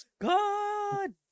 God